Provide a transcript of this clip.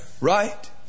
Right